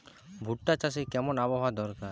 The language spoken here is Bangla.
ভুট্টা চাষে কেমন আবহাওয়া দরকার?